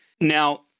Now